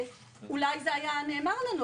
אולי זה היה נאמר לנו,